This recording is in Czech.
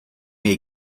jej